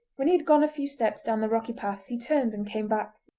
when he had gone a few steps down the rocky path he turned and came back.